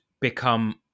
become